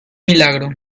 milagro